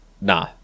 nah